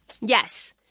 yes